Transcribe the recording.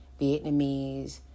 Vietnamese